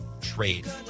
trade